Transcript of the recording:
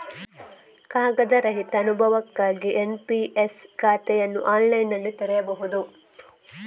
ಕಾಗದ ರಹಿತ ಅನುಭವಕ್ಕಾಗಿ ಎನ್.ಪಿ.ಎಸ್ ಖಾತೆಯನ್ನು ಆನ್ಲೈನಿನಲ್ಲಿ ತೆರೆಯಬಹುದು